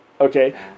okay